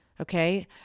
Okay